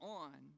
on